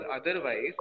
otherwise